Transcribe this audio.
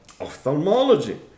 ophthalmology